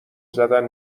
زدن